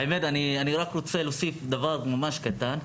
אני רק רוצה להוסיף דבר קטן.